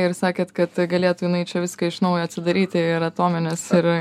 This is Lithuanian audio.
ir sakėt kad galėtų jinai čia viską iš naujo atsidaryti ir atomines ir